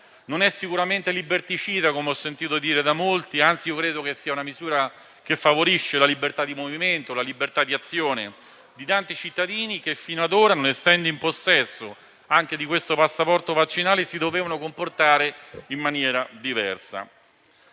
Non è sicuramente liberticida, come ho sentito dire da molti, anzi, credo che sia una misura che favorisce la libertà di movimento e di azione di tanti cittadini che finora, non essendo in possesso anche di questo passaporto vaccinale, si dovevano comportare in maniera diversa.